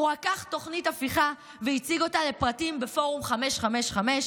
הוא רקח תוכנית הפיכה והציג אותה לפרטים בפורום 555,